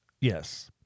Yes